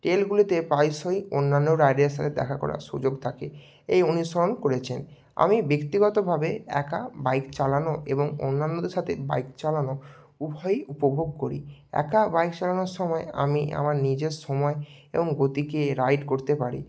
টেলগুলোতে প্রায়শই অন্যান্য রাইডারের সাথে দেখা করার সুযোগ থাকে এই অনুসরণ করেছেন আমি ব্যক্তিগতভাবে একা বাইক চালানো এবং অন্যান্যদের সাথে বাইক চালানো উভয়ই উপভোগ করি একা বাইক চালানোর সময় আমি আমার নিজের সময় এবং গতিকে রাইড করতে পারি